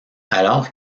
alors